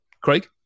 Craig